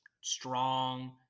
strong –